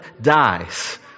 dies